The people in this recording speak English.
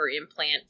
implant